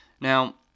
Now